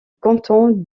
canton